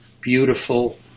beautiful